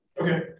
Okay